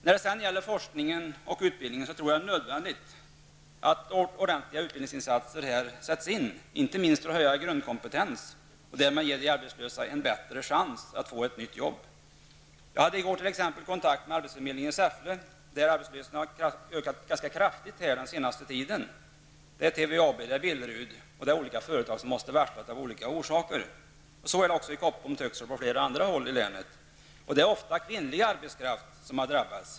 När det sedan gäller forskningen och utbildningen tror jag att det är nödvändigt att ordentliga utbildningsinsatser sätts in, inte minst för att höja grundkompetensen och därmed ge de arbetslösa en bättre chans att få ett nytt jobb. Jag hade i går kontakt med arbetsförmedlingen i Säffle, där arbetslösheten har ökat ganska kraftigt under den senaste tiden. TVAB, Billerud och andra företag måste av olika skäl varsla om uppsägning. Så är det också i Koppom, Töcksfors och på flera andra håll i länet, och det är ofta kvinnlig arbetskraft som har drabbats.